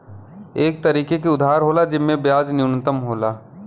एक तरीके के उधार होला जिम्मे ब्याज न्यूनतम होला